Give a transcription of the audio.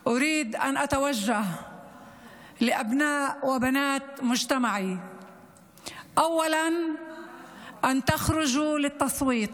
אני רוצה לפנות אל בני ובנות החברה שלי: קודם כול צאו להצביע,